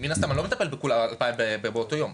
מן הסתם, אני לא מטפל בכולם באותו יום.